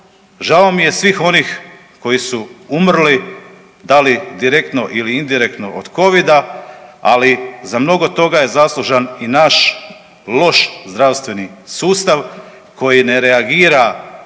Žao mi je svih onih koji su umrli, dali direktno ili indirektno od Covida, ali za mnogo toga je zaslužan i naš loš zdravstveni sustav koji ne reagira